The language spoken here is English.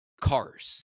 cars